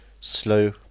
slow